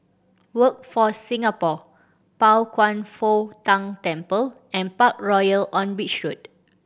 Workforce Singapore Pao Kwan Foh Tang Temple and Parkroyal on Beach Road